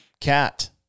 Cat